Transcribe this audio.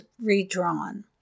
redrawn